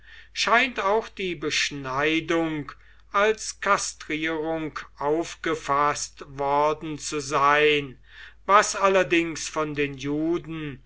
scheint auch die beschneidung als kastrierung aufgefaßt worden zu sein was allerdings von den juden